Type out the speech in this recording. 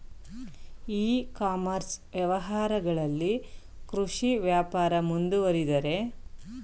E commerce ವ್ಯವಹಾರಗಳಲ್ಲಿ ಕೃಷಿ ವ್ಯಾಪಾರ ಮುಂದುವರಿದರೆ ಭವಿಷ್ಯವಿದೆಯೇ?